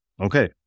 okay